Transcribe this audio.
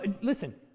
Listen